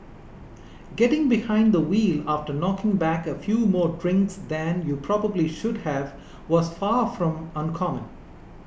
getting behind the wheel after knocking back a few more drinks than you probably should have was far from uncommon